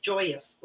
joyous